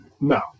No